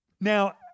Now